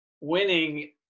winning